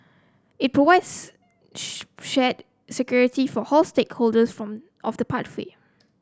it provides shared security for stakeholders from of the pathway